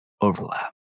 overlap